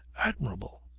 admirable!